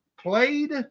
played